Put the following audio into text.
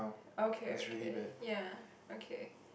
okay okay ya okay